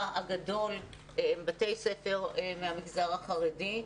הגדול היא של בתי ספר מן המגזר החרדי,